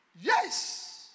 Yes